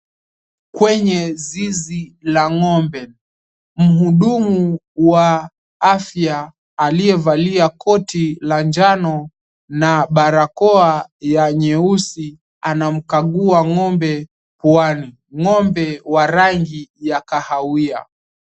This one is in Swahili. Kwenye zizi la ngombe mhuhudumu wa afya aliye valia koti la manjao na barakoa nyeusi anamkagua ngombe puani. Ngombe wa rangi ya kahawia.